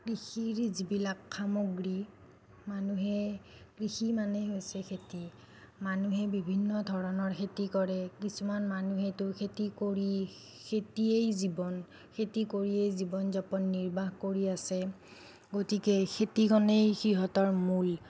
কৃষিৰ যিবিলাক সামগ্ৰী মানুহে কৃষি মানেই হৈছে খেতি মানুহে বিভিন্ন ধৰণৰ খেতি কৰে কিছুমান মানুহেতো খেতি কৰি খেতিয়েই জীৱন খেতি কৰিয়েই জীৱন যাপন নিৰ্বাহ কৰি আছে গতিকে খেতিখনেই সিহঁতৰ মূল